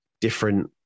Different